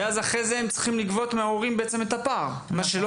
את זה אני מבין.